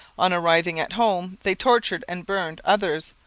on arriving at home they tortured and burned others,